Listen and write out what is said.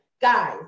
guys